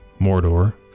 Mordor